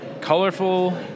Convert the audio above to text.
colorful